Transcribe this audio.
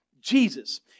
Jesus